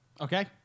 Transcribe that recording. Okay